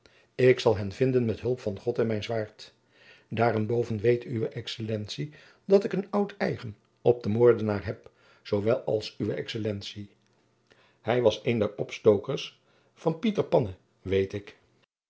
ik zal hen vinden met hulp van god en mijn zwaard daarenboven weet uwe excellentie dat ik een oud eigen op den moordenaar heb zoowel als uwe excellentie hij was een der opstokers van pieter panne wien ik